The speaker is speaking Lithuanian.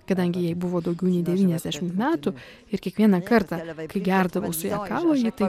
kadangi jai buvo daugiau nei devyniasdešimt metų ir kiekvieną kartą kai gerdavau su ja kavą ji tai